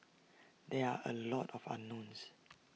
there are A lot of unknowns